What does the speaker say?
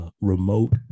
remote